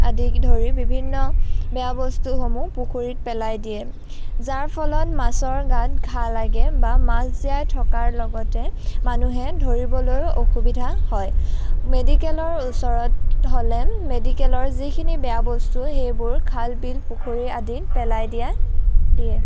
আদিকে ধৰি বিভিন্ন বেয়া বস্তুসমূহ পুখুৰীত পেলাই দিয়ে যাৰ ফলত মাছৰ গাত ঘাঁ লাগে বা মাছ জীয়াই থকাৰ লগতে মানুহে ধৰিবলৈও অসুবিধা হয় মেডিকেলৰ ওচৰত হ'লে মেডিকেলৰ যিখিনি বেয়া বস্তু সেইবোৰ খাল বিল পুখুৰী আদিত পেলাই দিয়া দিয়ে